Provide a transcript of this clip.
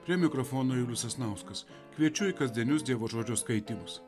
prie mikrofono julius sasnauskas kviečiu į kasdienius dievo žodžio skaitymus